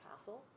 castle